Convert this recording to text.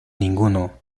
ninguno